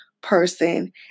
person